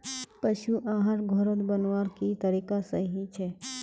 पशु आहार घोरोत बनवार की तरीका सही छे?